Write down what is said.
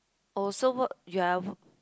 oh so work you are